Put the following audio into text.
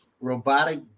robotic